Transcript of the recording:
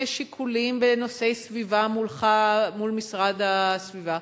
שיקולים בנושאי סביבה מול משרד הסביבה.